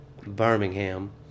Birmingham